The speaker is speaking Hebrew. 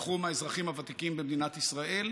בתחום האזרחים הוותיקים במדינת ישראל,